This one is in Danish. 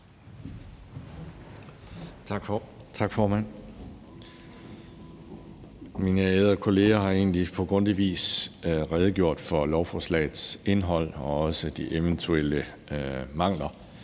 Tak, formand. Mine ærede kolleger har egentlig på grundig vis redegjort for lovforslagets indhold og også de eventuelle mangler,